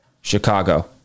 Chicago